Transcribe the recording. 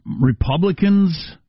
Republicans